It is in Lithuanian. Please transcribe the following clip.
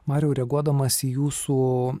mariau reaguodamas į jūsų